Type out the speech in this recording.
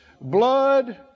blood